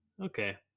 Okay